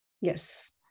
Yes